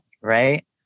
Right